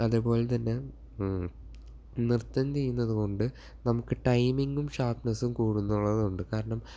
അതേപോലെ തന്നെ നൃത്തം ചെയ്യുന്നത് കൊണ്ട് നമുക്ക് ടൈമിങ്ങും ഷാർപ്നസ്സും കൂടുമെന്നുള്ളതു കൊണ്ട് കാരണം